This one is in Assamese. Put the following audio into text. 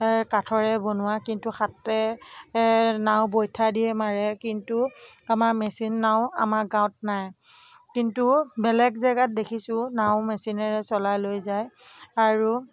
কাঠেৰে বনোৱা কিন্তু হাতে নাও বৈঠাদিয়ে মাৰে কিন্তু আমাৰ মেচিন নাও আমাৰ গাঁৱত নাই কিন্তু বেলেগ জেগাত দেখিছোঁ নাও মেচিনেৰে চলাই লৈ যায় আৰু